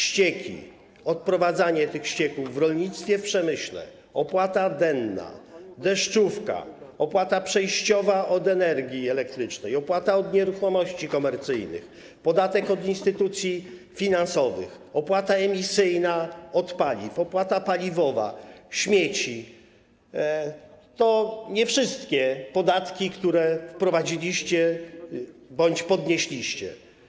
Ścieki, odprowadzanie tych ścieków w rolnictwie, w przemyśle, opłata denna, deszczówka, opłata przejściowa od energii elektrycznej, opłata od nieruchomości komercyjnych, podatek od instytucji finansowych, opłata emisyjna od paliw, opłata paliwowa, śmieci - to nie wszystkie podatki, które wprowadziliście bądź podnieśliście.